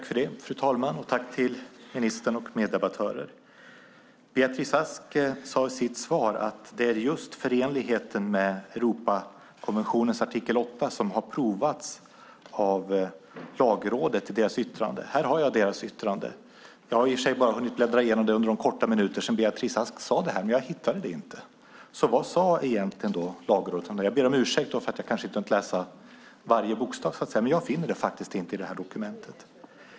Fru talman! Tack till ministern och meddebattörerna! Beatrice Ask sade i sitt svar att det är förenligheten i förslaget med Europakonventionens artikel 8 som Lagrådet prövat i sitt yttrande. Här har jag yttrandet - jag har i och för sig bara hunnit bläddra igenom det under den korta tid som gått sedan Beatrice Ask sade det - men jag hittade det inte. Så vad sade egentligen Lagrådet om det här? Jag ber om ursäkt för att jag inte hunnit läsa varje bokstav, men jag finner det faktiskt inte i det här dokumentet.